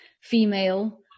female